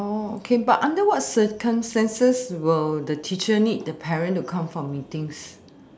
oh okay but under what the circumstances will the teacher need the parents to come for meetings